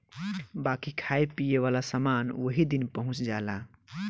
बाकी खाए पिए वाला समान ओही दिन पहुच जाला